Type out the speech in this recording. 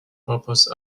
purpose